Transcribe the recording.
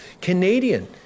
Canadian